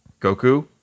Goku